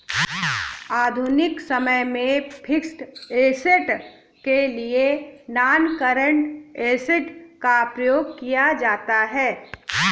आधुनिक समय में फिक्स्ड ऐसेट के लिए नॉनकरेंट एसिड का प्रयोग किया जाता है